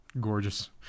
gorgeous